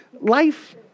life